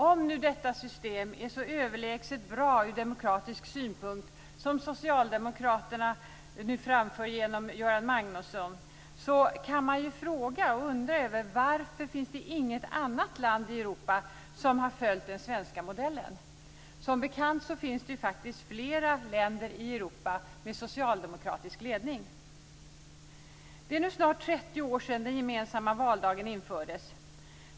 Om nu detta system är så överlägset bra ur demokratisk synpunkt som Socialdemokraterna nu framför genom Göran Magnusson kan man ju undra varför det inte finns något annat land i Europa som har följt den svenska modellen. Som bekant finns det faktiskt flera länder i Det är snart 30 år sedan den gemensamma valdagen infördes.